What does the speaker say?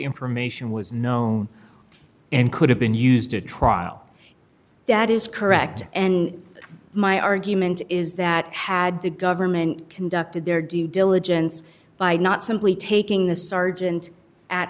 information was known and could have been used at trial that is correct and my argument is that had the government conducted their due diligence by not simply taking the sergeant at